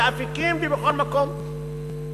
באפיקים ובכל מקום.